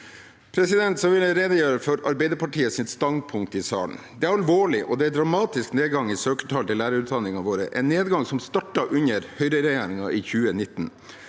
Så vil jeg redegjøre for Arbeiderpartiets standpunkt i saken. Det er en alvorlig og dramatisk nedgang i søkertall til lærerutdanningene våre – en nedgang som startet under Høyre-regjeringen i 2019.